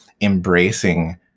embracing